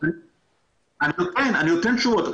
אני נותן תשובות.